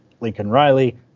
Lincoln-Riley